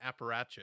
apparatchik